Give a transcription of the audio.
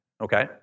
Okay